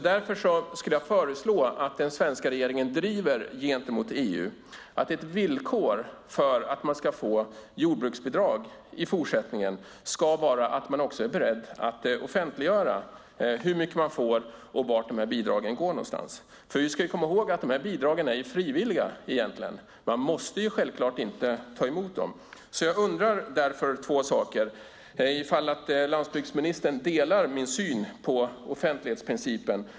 Därför skulle jag föreslå att den svenska regeringen gentemot EU driver att ett villkor för att man i fortsättningen ska få jordbruksbidrag ska vara att man också är beredd att offentliggöra hur mycket man får och vart bidragen går någonstans. Vi ska komma ihåg att bidragen är frivilliga. Man måste ju inte ta emot dem. Jag undrar därför några saker. Delar landsbygdministern min syn på offentlighetsprincipen?